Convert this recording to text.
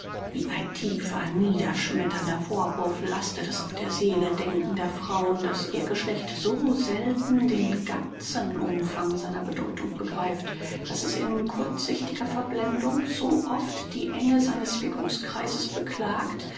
wie ein tiefer niederschmetternder vorwurf lastet es auf der seele denkender frauen daß ihr geschlecht so selten den ganzen umfang seiner bedeutung begreift daß es in kurzsichtiger verblendung so oft die enge seines wirkungskreises beklagt